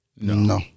No